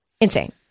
Insane